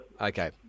Okay